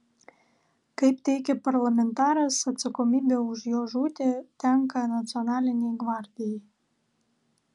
kaip teigia parlamentaras atsakomybė už jo žūtį tenka nacionalinei gvardijai